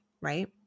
right